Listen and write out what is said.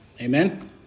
Amen